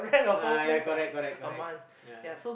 ah ya correct correct correct ya